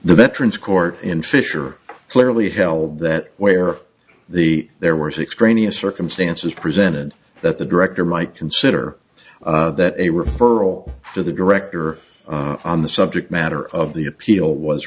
the veterans court in fisher clearly held that where the there were six training circumstances presented that the director mike consider that a referral to the director on the subject matter of the appeal was